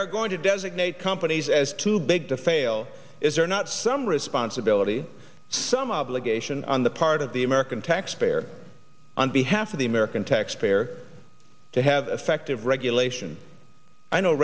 are going to designate companies as too big to fail is there not some responsibility some obligation on the part of the american taxpayer on behalf of the american taxpayer to have affected regulation i know